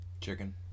chicken